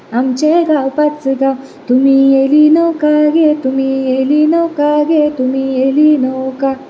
आमचे गा पांच गांव तुमी येयली नौका गे तुमी येयली नौका गे तुमी येयली नौका